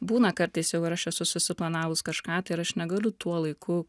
būna kartais jau ir aš esu susiplanavus kažką tai ir aš negaliu tuo laiku